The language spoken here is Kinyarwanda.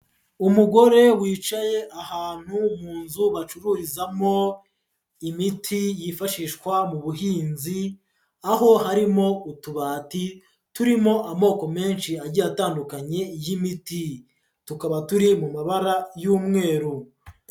Umugore wicaye ahantu mu nzu bacururizamo imiti yifashishwa mu buhinzi, aho harimo utubati turimo amoko menshi agiye atandukanye y'imiti, tukaba turi mu mabara y'umweru.